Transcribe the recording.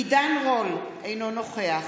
עידן רול, אינו נוכח